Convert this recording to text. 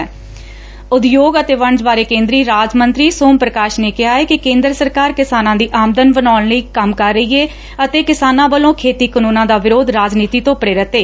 ਉਦਯੋਗ ਅਤੇ ਵਣਜ ਬਾਰੇ ਕੇ'ਦਰੀ ਰਾਜ ਮੰਤਰੀ ਸੋਮ ਪ੍ਰਕਾਸ਼ ਨੇ ਕਿਹਾ ਏ ਕਿ ਕੇ'ਦਰ ਸਰਕਾਰ ਕਿਸਾਨਾਂ ਦੀ ਆਮਦਨ ਵਧਾਉਣ ਲਈ ਕੰਮ ਕਰ ਰਹੀ ਏ ਅਤੇ ਕਿਸਾਨਾ ਵਲੋਂ ਖੇਤੀ ਕਾਨੂੰਨਾ ਦਾ ਵਿਰੋਧ ਰਾਜਨੀਤੀ ਤੋਂ ਪ੍ਰੇਰਤ ਏ